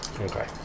Okay